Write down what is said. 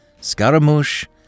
Scaramouche